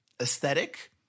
aesthetic